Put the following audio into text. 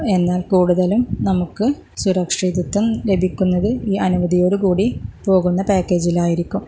എന്നാൽ കൂടുതലും നമുക്ക് സുരക്ഷിതത്വം ലഭിക്കുന്നത് ഈ അനുമതിയോട് കൂടി പോകുന്ന പാക്കേജിലായിരിക്കും